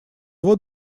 вот